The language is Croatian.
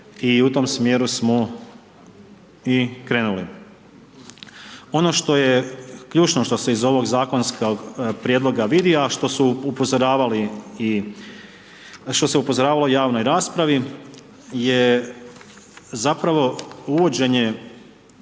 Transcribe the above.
i u tom smjeru smo i krenuli. Ono što je ključno, što se iz ovog zakonskog prijedloga vidi, a što se upozoravalo i u javnoj raspravi je zapravo uvođenje